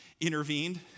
intervened